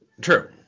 True